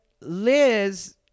Liz